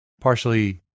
partially